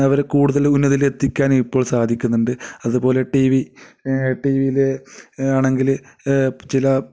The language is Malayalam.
അവർ കൂടുതൽ ഉന്നതിയിൽ എത്തിക്കാൻ ഇപ്പോൾ സാധിക്കുന്നുണ്ട് അതുപോലെ ടി വി ടി വി യിൽ ആണെങ്കിൽ ചില